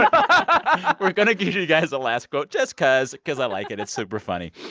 um we're going to give you guys the last quote just cause cause i like it. it's super funny.